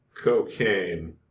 cocaine